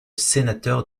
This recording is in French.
sénateur